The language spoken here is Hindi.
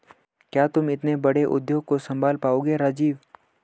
क्या तुम इतने बड़े उद्योग को संभाल पाओगे राजीव?